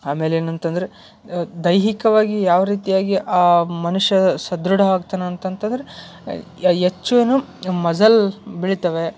ಆಮೇಲೆ ಏನಂತಂದರೆ ದೈಹಿಕವಾಗಿ ಯಾವ ರೀತಿಯಾಗಿ ಆ ಮನುಷ್ಯ ಸದೃಢ ಆಗ್ತಾನೆ ಅಂತಂತಂದ್ರೆ ಹೆಚ್ಚು ಏನು ಮಝಲ್ ಬೆಳಿತಾವೆ